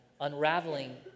unraveling